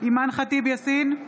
אימאן ח'טיב יאסין,